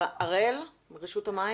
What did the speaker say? רשות המים